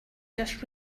just